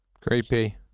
Creepy